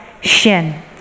Shin